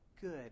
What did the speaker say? good